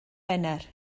wener